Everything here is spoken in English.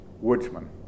woodsmen